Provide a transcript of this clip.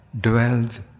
dwells